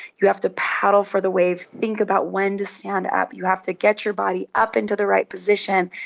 you have to paddle for the wave, think about when to stand up, you have to get your body up into the right position,